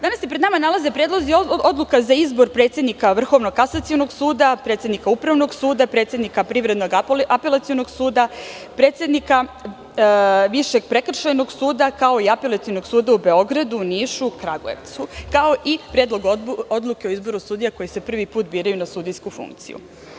Danas se pred nama nalaze predlozi odluka za izbor predsednika Vrhovnog kasacionog suda, predsednika Upravnog suda, predsednika Privrednog apelacionog suda, predsednika Višeg prekršajnog suda, kao i Apelacionog suda u Beogradu, Nišu i Kragujevcu, kao i Predlog odluke o izboru sudija koji se prvi put biraju na sudijsku funkciju.